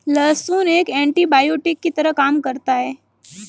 लहसुन एक एन्टीबायोटिक की तरह काम करता है